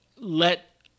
let